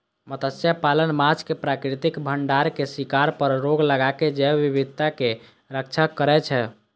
मत्स्यपालन माछक प्राकृतिक भंडारक शिकार पर रोक लगाके जैव विविधताक रक्षा करै छै